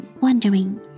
wondering